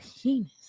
penis